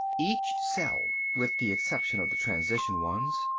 each cell, with the exception of the transition ones,